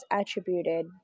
attributed